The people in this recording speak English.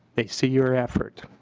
they see your effort.